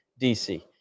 DC